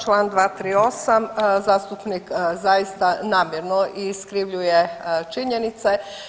Čl. 238., zastupnik zaista namjerno iskrivljuje činjenice.